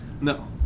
No